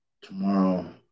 tomorrow